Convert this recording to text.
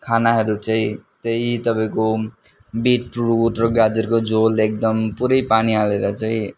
खानाहरू चाहिँ त्यही तपाईँको बिटरुट र गाजरको झोल एकदम पुरै पानी हालेर चाहिँ